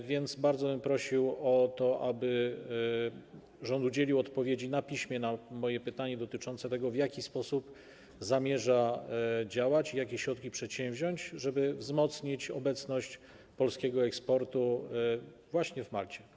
A więc bardzo bym prosił o to, aby rząd udzielił odpowiedzi na piśmie na moje pytanie dotyczące tego, w jaki sposób zamierza działać i jakie środki przedsięwziąć, żeby wzmocnić obecność polskiego eksportu właśnie na Malcie?